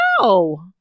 No